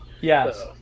Yes